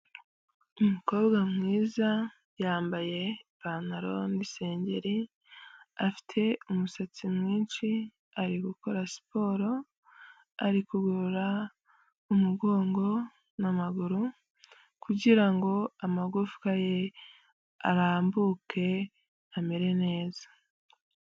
Umukobwa mwiza yambaye ipantaro n'isengeri afite umusatsi mwinshi, ari gukora siporo, ari kuvura umugongo n'amaguru kugira ngo amagufwa ye arambuke amere neza.